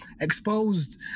exposed